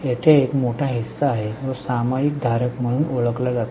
तेथे एक मोठा हिस्सा आहे जो सामायिक धारक म्हणून ओळखला जातो